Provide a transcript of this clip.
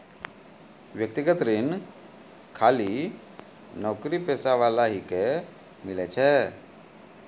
व्यक्तिगत ऋण खाली नौकरीपेशा वाला ही के मिलै छै?